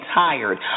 tired